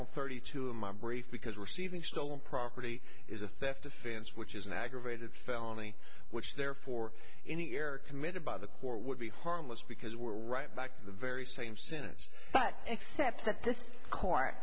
on thirty two in my brief because receiving stolen property is a theft offense which is an aggravated felony which therefore any are committed by the court would be harmless because we're right back to the very same sentence but except that this court